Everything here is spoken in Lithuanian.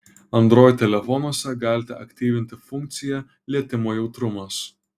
android telefonuose galite aktyvinti funkciją lietimo jautrumas